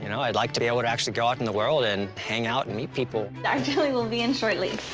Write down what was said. you know i'd like to be able to actually go out in the world and hang out, and meet people. woman dr. lee will be in shortly.